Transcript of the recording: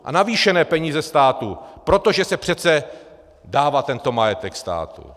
A navýšené peníze státu, protože se přece dává tento majetek státu.